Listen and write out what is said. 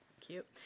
cute